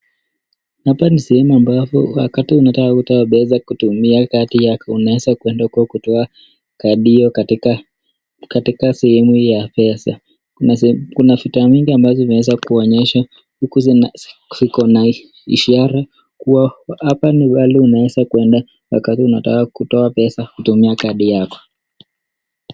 Hapa ni sehemu ambapo wakati unataka kutoa pesa kutumia kadi yako unaweza kwenda huko kutoa kadi hiyo katika sehemu ya pesa, Kuna vitabu vingi ambazo zimeweza kuonyesha huku kuna ishara Kuwa hapa ni mahali unaweza kwenda na kutoa pesa na kadi yako.